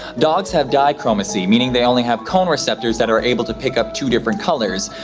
dogs have dichromacy, meaning they only have cone receptors that are able to pick up two different colors,